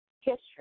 history